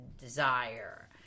desire